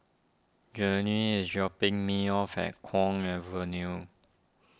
Journey is dropping me off at Kwong Avenue